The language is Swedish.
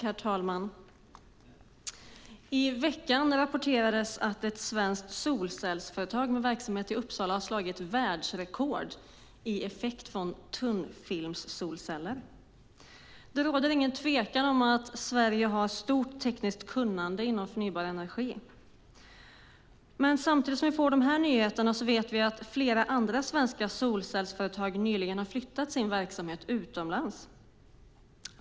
Herr talman! I veckan rapporterades att ett svenskt solcellsföretag med verksamhet i Uppsala slagit världsrekord i effekt från tunnfilmssolceller. Det råder ingen tvekan om att Sverige har ett stort tekniskt kunnande inom området förnybar energi. Men samtidigt som vi får dessa nyheter vet vi att flera svenska solcellsföretag nyligen har flyttat sin verksamhet utomlands.